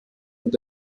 und